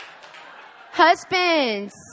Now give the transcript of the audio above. husbands